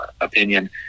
opinion